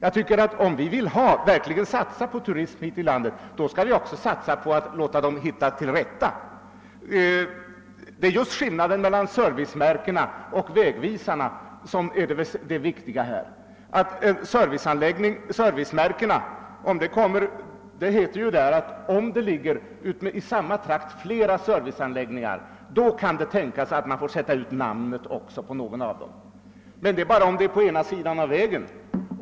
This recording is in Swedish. Om vi verkligen vill satsa på turismen hit till landet, måste vi också satsa på att turisterna skall hitta till rätta. Skillnaden mellan servicemärkena och vägvisarna är det som är det viktiga härvidlag. Det heter i bestämmelserna att om i samma trakt ligger flera serviceanläggningar det kan tänkas att man får sätta ut namnet på någon av dem. Men detta gäller bara om det är den ena sidan av vägen.